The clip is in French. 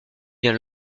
bien